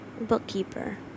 Bookkeeper